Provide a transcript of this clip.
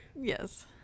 Yes